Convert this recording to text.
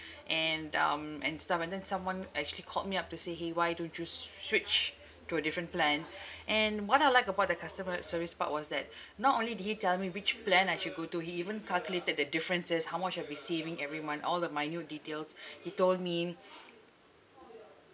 and um and stuff and then someone actually called me up to say !hey! why don't you sw~ switch to a different plan and what I like about the customer service part was that not only did he tell me which plan I should go to he even calculated the differences how much I'll be saving every month all the minute details he told me